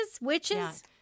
Witches